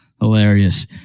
hilarious